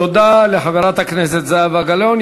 תודה לחברת הכנסת זהבה גלאון.